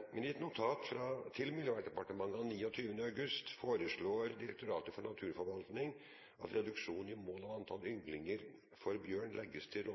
Men i et notat til Miljøverndepartementet av 29. august foreslår Direktoratet for naturforvaltning at reduksjonen i mål og antall ynglinger for bjørn legges til